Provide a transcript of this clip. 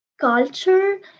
culture